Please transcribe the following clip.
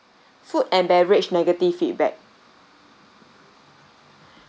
food and beverage negative feedback